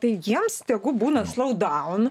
tai jiems tegu būna slowdown